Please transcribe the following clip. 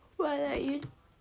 but like you